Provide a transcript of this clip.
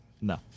no